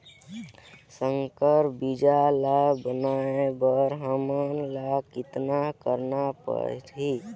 संकर बीजा ल बनाय बर हमन ल कतना करना परही?